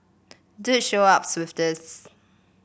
dude show up with this